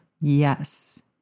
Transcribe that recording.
Yes